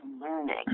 learning